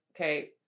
okay